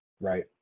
right